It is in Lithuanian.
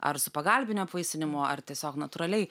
ar su pagalbiniu apvaisinimu ar tiesiog natūraliai